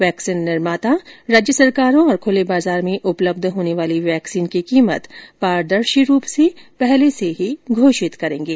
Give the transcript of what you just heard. vaccine निर्माता राज्य सरकारों तथा खुले बाजार में उपलब्ध होने वाली वैक्सीन की कीमत पारदर्शी रूप से पहले से ही घोषित करेंगे